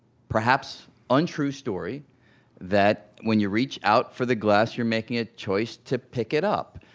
perhaps untrue story that when you reach out for the glass, you're making a choice to pick it up.